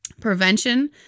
Prevention